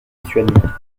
lituanien